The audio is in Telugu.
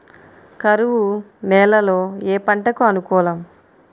కరువు నేలలో ఏ పంటకు అనుకూలం?